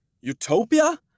utopia